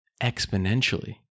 exponentially